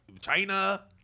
China